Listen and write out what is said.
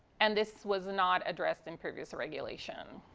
and this was not addressed in previous regulations.